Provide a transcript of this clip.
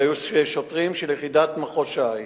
אלה היו שוטרים של יחידת מחוז ש"י,